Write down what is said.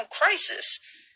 crisis